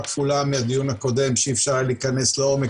כפולה מהדיון הקודם שאי אפשר היה להיכנס לעומק,